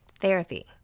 Therapy